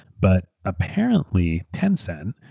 but apparently tencent,